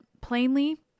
plainly